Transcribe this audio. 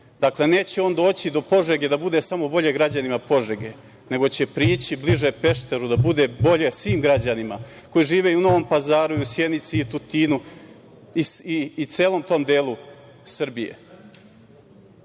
Dakle, neće on doći do Požege da bude samo bolje građanima Požege, nego će prići bliže Pešteru da bude bolje svim građanima koji žive i u Novom Pazaru i u Sjenici i u Tutinu i celom tom delu Srbije. To